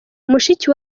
mushiki